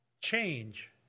change